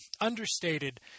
understated